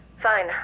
Fine